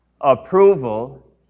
approval